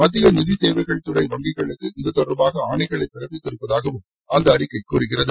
மத்திய நிதி சேவைகள் துறை வங்கிகளுக்கு இத்தொடர்பாக ஆணைகளை பிறப்பித்திருப்பதாகவும் அந்தஅறிக்கை கூறுகிறது